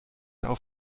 auf